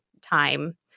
time